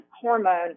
hormone